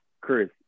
Chris